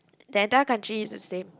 the entire country is the same